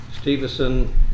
Stevenson